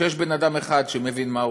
שיש בן אדם אחד שמבין מה הוא